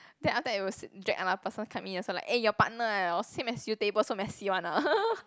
then after that it was drag another person come in also like eh your partner ah same as you table so messy one ah